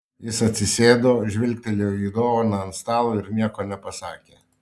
jis atsisėdo žvilgtelėjo į dovaną ant stalo ir nieko nepasakė